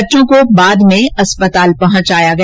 बच्चों को बाद में अस्पताल पहुंचाया गया